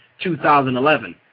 2011